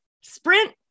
Sprint